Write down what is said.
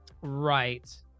Right